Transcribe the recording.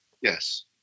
Yes